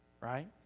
right